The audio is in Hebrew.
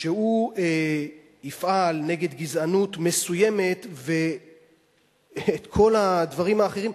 שהוא יפעל נגד גזענות מסוימת ואת כל הדברים האחרים,